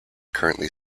currently